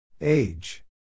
Age